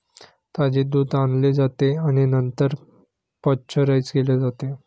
ताजे दूध आणले जाते आणि नंतर पाश्चराइज केले जाते